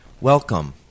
Welcome